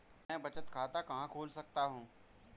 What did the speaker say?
मैं बचत खाता कहाँ खोल सकता हूँ?